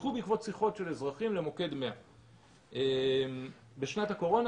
שנפתחו בעקבות שיחות של אזרחים למוקד 100. בשנת הקורונה,